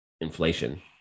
inflation